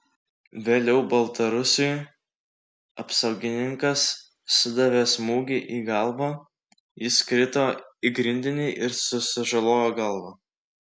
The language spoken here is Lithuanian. vėliau baltarusiui apsaugininkas sudavė smūgį į galvą jis krito į grindinį ir susižalojo galvą